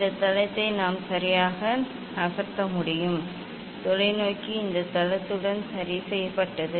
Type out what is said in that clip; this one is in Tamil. இந்த தளத்தை நாம் சரியாக நகர்த்த முடியாது தொலைநோக்கி இந்த தளத்துடன் சரி செய்யப்பட்டது